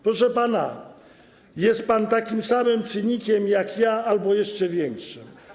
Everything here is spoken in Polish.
Proszę pana, jest pan takim samym cynikiem jak ja albo jeszcze większym.